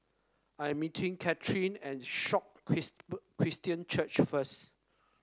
I'm meeting Caitlynn at Sion Christian Church first